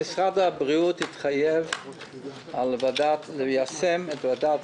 משרד הבריאות התחייב ליישם את הוועדה.